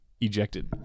ejected